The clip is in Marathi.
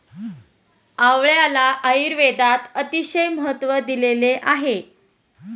आवळ्याला आयुर्वेदात अतिशय महत्त्व दिलेले आहे